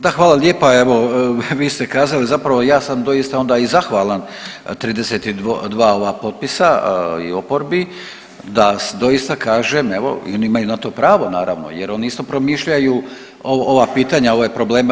Da, hvala lijepo evo vi ste kazali, zapravo ja sam doista onda i zahvalan 32 ova potpisa i oporbi da doista kažem evo i oni imaju na to pravo naravno jer oni isto promišljaju isto ova pitanja, ove probleme.